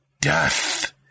death